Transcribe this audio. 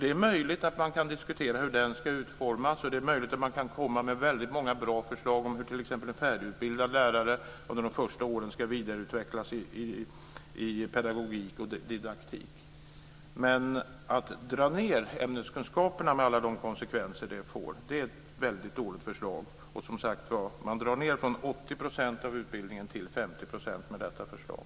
Det är möjligt att man kan diskutera hur den ska utformas, och det är möjligt att man kan komma med väldigt många bra förslag om hur t.ex. en färdigutbildad lärare under de första åren ska vidareutvecklas i pedagogik och didaktik. Men att dra ned på ämneskunskaperna, med alla de konsekvenser det får, är ett väldigt dåligt förslag. Man drar som sagt var ned från